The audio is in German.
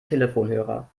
telefonhörer